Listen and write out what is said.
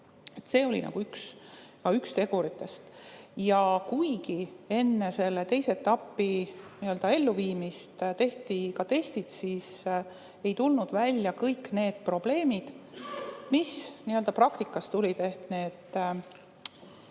See oli ka üks teguritest. Kuigi enne selle teise etapi elluviimist tehti ka testid, ei tulnud välja kõik need probleemid, mis praktikas ette tulid, ehk need